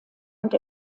und